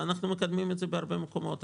ואנחנו מקדמים את זה בהרבה מקומות.